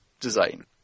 design